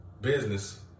Business